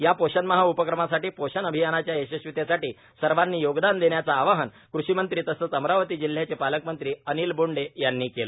या पोषण माह उपक्रमासाठी पोषण अभियानाच्या यशस्वीतेसाठी सर्वांनी योगदान देण्याचं आवाहन कृषीमंत्री तसंच अमरावती जिल्ह्याचे पालकमंत्री अनिल बोंडे यांनी केलं